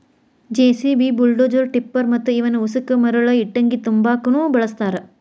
JCB, bulldozer, tipper ಮತ್ತ ಇವನ್ ಉಸಕ ಮರಳ ಇಟ್ಟಂಗಿ ತುಂಬಾಕುನು ಬಳಸ್ತಾರ